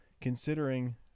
considering